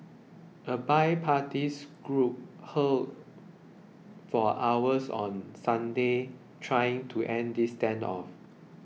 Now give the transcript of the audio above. a bi parties group huddled for hours on Sunday trying to end the standoff